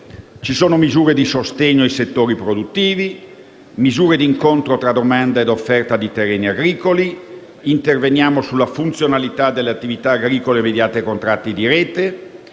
Ci sono misure di sostegno in settori produttivi, misure di incontro tra domanda e offerta di terreni agricoli; interveniamo sulla funzionalità delle attività agricole mediante i contratti di rete,